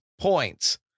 points